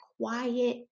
quiet